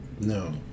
No